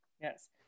yes